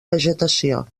vegetació